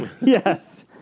Yes